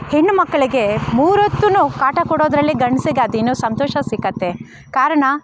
ಹೆಣ್ಣು ಮಕ್ಕಳಿಗೆ ಮೂರೊತ್ತುನೂ ಕಾಟ ಕೊಡೋದರಲ್ಲಿ ಗಂಡಸಿಗೆ ಅದೇನೋ ಸಂತೋಷ ಸಿಗುತ್ತೆ ಕಾರಣ